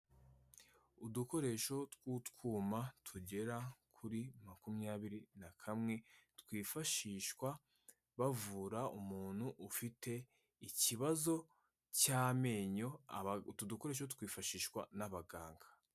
Udukoresho tw'utwuma tugera kuri makumyabiri na kamwe, twifashishwa bavura umuntu ufite ikibazo cy'amenyo utu dukoresho twifashishwa n'abaganga.